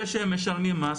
זה שהם משלמים מס,